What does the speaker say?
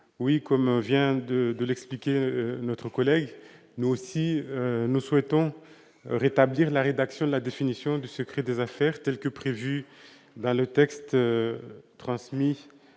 52. Comme vient de l'expliquer notre collègue, nous souhaitons également rétablir la rédaction de la définition du secret des affaires telle que prévue dans le texte transmis